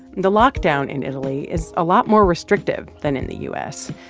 the lockdown in italy is a lot more restrictive than in the u s,